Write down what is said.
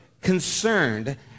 concerned